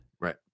Right